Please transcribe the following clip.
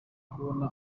kubona